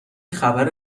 خبر